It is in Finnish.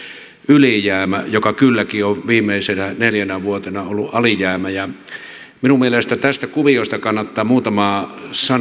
ylijäämä joka kylläkin on viimeisenä neljänä vuotena ollut alijäämä minun mielestäni tästä kuviosta kannattaa muutama sana